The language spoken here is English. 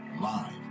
Live